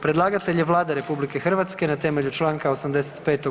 Predlagatelj je Vlada RH na temelju čl. 85.